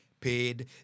paid